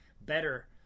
better